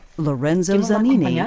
lorenzo zanini, yeah